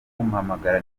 kumpamagara